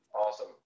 awesome